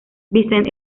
vincent